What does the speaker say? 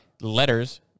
letters